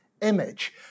image